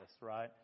right